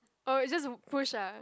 oh is just a push ah